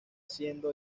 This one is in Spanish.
siendo